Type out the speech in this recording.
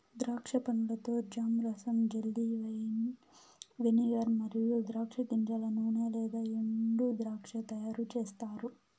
ద్రాక్ష పండ్లతో జామ్, రసం, జెల్లీ, వైన్, వెనిగర్ మరియు ద్రాక్ష గింజల నూనె లేదా ఎండుద్రాక్ష తయారుచేస్తారు